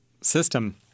system